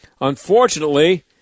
unfortunately